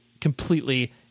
completely